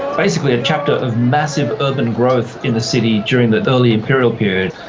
basically a chapter of massive urban growth in the city during the early imperial period,